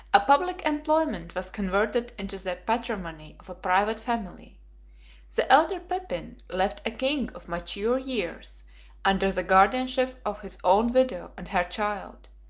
a public employment was converted into the patrimony of a private family the elder pepin left a king of mature years under the guardianship of his own widow and her child